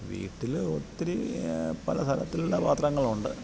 വീട്ടിൽ ഒത്തിരി പല തരത്തിലുള്ള പാത്രങ്ങളുണ്ട്